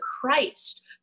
Christ